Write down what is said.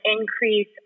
increase